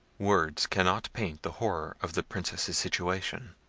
words cannot paint the horror of the princess's situation.